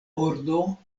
ordo